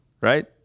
right